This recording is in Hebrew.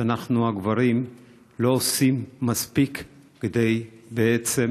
שאנחנו הגברים לא עושים מספיק כדי בעצם